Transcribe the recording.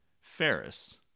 Ferris